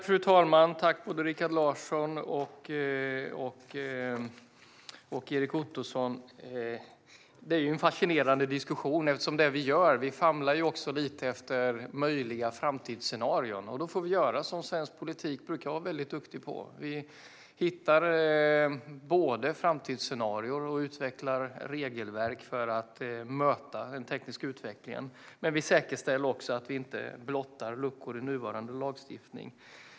Fru talman! Tack, Rikard Larsson och Erik Ottoson! Det här är en fascinerande diskussion eftersom vi famlar lite efter möjliga framtidsscenarier. Då får vi göra det som svensk politik brukar vara bra på: Vi hittar både framtidsscenarier och utvecklar regelverk för att möta den tekniska utvecklingen, men vi säkerställer också att vi inte blottar luckor i nuvarande lagstiftning.